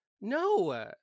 No